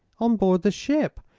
on board the ship,